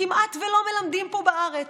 כמעט שלא מלמדים פה בארץ,